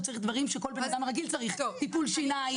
הוא צריך דברים שכל אדם צריך: טיפול שיניים,